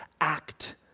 act